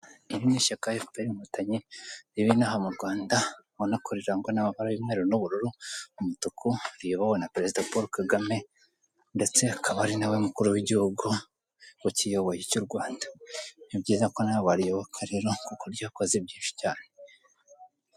Iri n'ishyaka FPR inkotanyi, riba inaha mu Rwanda, ubonako rirangwa n'amabara y'umeru n'ubururu, umutuku. Riyobowe na perezida Paul Kagame, ndetse akaba ari nawe mukuru w'igihugu ukiyoboye cy'u Rwanda. Nibyiza ko nawe wariyoboka rero, ryakoze byinshi